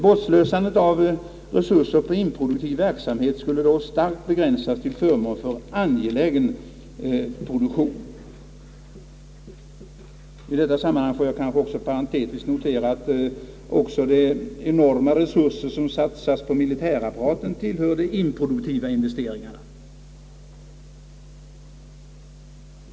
Bortslösandet av resurser på improduktiv verksamhet skulle då starkt begränsas till förmån för angelägen produktion. I det sammanhanget får jag kanske parentetiskt också notera att de enorma resurser som satsas på militärapparaten tillhör de improduktiva investeringarna.